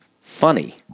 funny